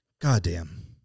Goddamn